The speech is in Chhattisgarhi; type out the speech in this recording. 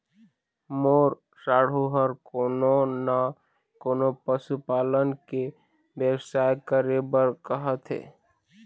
मोर साढ़ू ह कोनो न कोनो पशु पालन के बेवसाय करे बर कहत हे